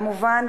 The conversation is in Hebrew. כמובן,